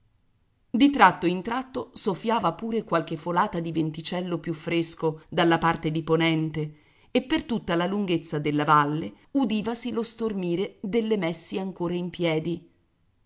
di tratto in tratto soffiava pure qualche folata di venticello più fresco dalla parte di ponente e per tutta la lunghezza della valle udivasi lo stormire delle messi ancora in piedi